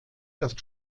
erst